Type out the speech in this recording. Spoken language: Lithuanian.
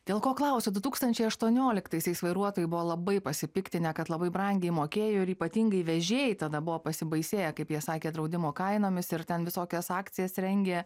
dėl ko klausiu du tūkstančiai aštuonioliktaisiais vairuotojai buvo labai pasipiktinę kad labai brangiai mokėjo ir ypatingai vežėjai tada buvo pasibaisėję kaip jie sakė draudimo kainomis ir ten visokias akcijas rengė